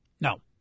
No